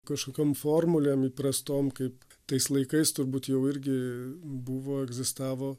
kažkokiom formulėm įprastom kaip tais laikais turbūt jau irgi buvo egzistavo